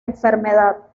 enfermedad